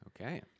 Okay